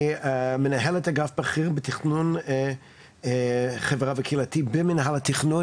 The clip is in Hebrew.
מנהלת אגף בכיר תכנון חברה וקהילה במינהל התכנון,